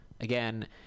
Again